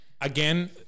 again